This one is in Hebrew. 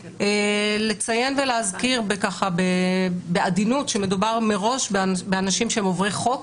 לציין ולהזכיר ככה בעדינות שמדובר מראש באנשים שהם עוברי חוק